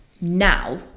now